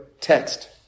text